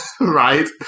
Right